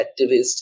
activists